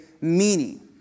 meaning